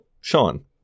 Sean